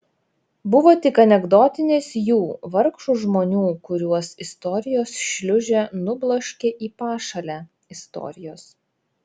buvo tik anekdotinės jų vargšų žmonių kuriuos istorijos šliūžė nubloškė į pašalę istorijos